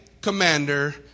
commander